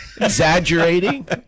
Exaggerating